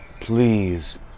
please